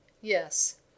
Yes